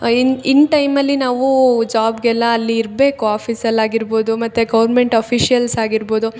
ಇನ್ ಇನ್ ಟೈಮಲ್ಲಿ ನಾವೂ ಜಾಬ್ಗೆಲ್ಲ ಅಲ್ಲಿ ಇರಬೇಕು ಆಫೀಸಲ್ಲಿ ಆಗಿರ್ಬೌದು ಮತ್ತು ಗೌರ್ಮೆಂಟ್ ಅಫೀಷಿಯಲ್ಸ್ ಆಗಿರ್ಬೌದು